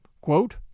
Quote